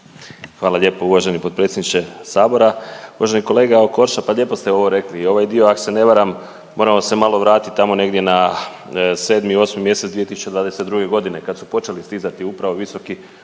Hvala lijepa uvaženi potpredsjedniče sabora. Uvaženi kolega Okroša pa lijepo ste ovo rekli. Ovaj dio ako se ne varam moramo se malo vratiti tamo negdje na 7., 8. mjesec 2022. godine kad su počeli stizati upravo visoki